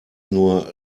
nur